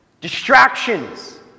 Distractions